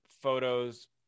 photos